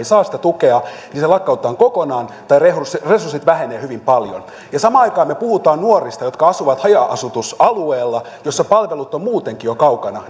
saa sitä tukea niin se lakkautetaan kokonaan tai resurssit resurssit vähenevät hyvin paljon samaan aikaan me puhumme nuorista jotka asuvat haja asutusalueella missä palvelut ovat muutenkin jo kaukana